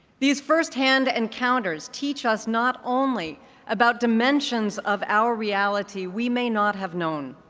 these firsthand encounters teach us not only about dimensions of our reality we may not have known.